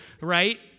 right